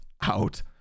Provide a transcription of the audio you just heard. out